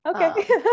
Okay